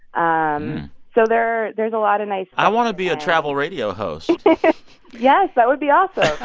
um so there there is a lot of nice. i want to be a travel radio host yes, that would be awesome